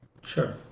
sure